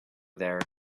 there